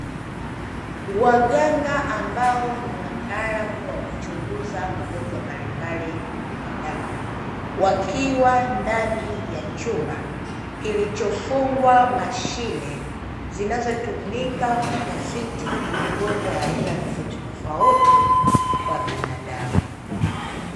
Waganga ambao ni wataalamu wa kuchunguza magonjwa mbalimbali kwa binadamu, wakiwa ndani ya chumba kilichofungwa mashine, zinazotumika kutafiti magonjwa ya aina tofautitofauti kwa binadamu.